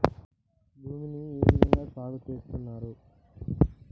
భూమిని ఏ విధంగా సాగు చేస్తున్నారు?